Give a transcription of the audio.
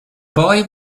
boy